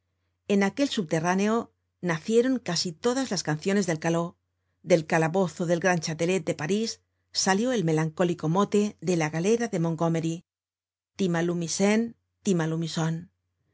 en aquel subterráneo nacieron casi todas las canciones del caló del calabozo del gran chatelet de parís salió el melancólico mote de la galera de montgomery timalumisen ümalumison la